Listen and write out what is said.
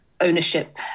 ownership